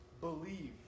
believe